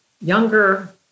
younger